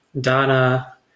Donna